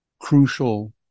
crucial